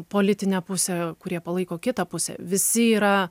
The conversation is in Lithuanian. politinę pusę kurie palaiko kitą pusę visi yra